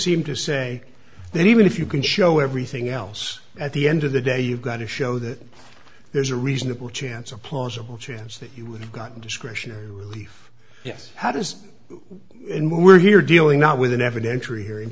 seem to say that even if you can show everything else at the end of the day you've got to show that there's a reasonable chance a plausible chance that you would have gotten discretionary relief how does and more we're here dealing now with an evidentiary hearing